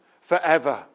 forever